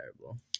terrible